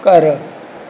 ਘਰ